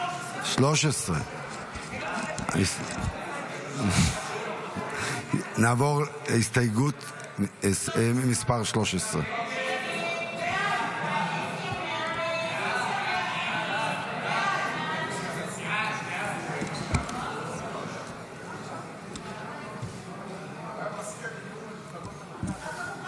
13. 13. נעבור להסתייגות מס' 13. הסתייגות 13 לא נתקבלה.